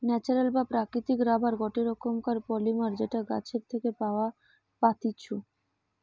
natural বা প্রাকৃতিক rubber গটে রকমের পলিমার যেটা গাছের থেকে পাওয়া পাত্তিছু